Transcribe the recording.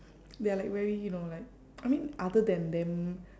they are like very you know like I mean other than them